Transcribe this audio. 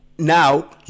now